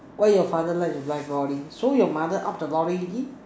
why your father like to buy four D so your mother up the lorry already